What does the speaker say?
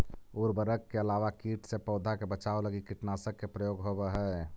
उर्वरक के अलावा कीट से पौधा के बचाव लगी कीटनाशक के प्रयोग होवऽ हई